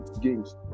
games